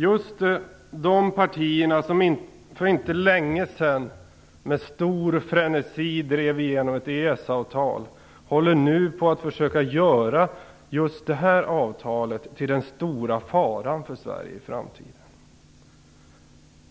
Just de partier som för inte så länge sedan med stor frenesi drev igenom EES-avtalet håller nu på att försöka göra detta avtal till den stora faran för Sverige i framtiden.